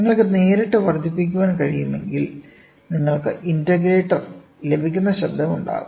നിങ്ങൾക്ക് നേരിട്ട് വർദ്ധിപ്പിക്കാൻ കഴിയുമെങ്കിൽ നിങ്ങൾക്ക് ഇന്റഗ്രേറ്റർ ലഭിക്കുന്ന ശബ്ദം ഉണ്ടാകും